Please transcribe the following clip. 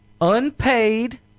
unpaid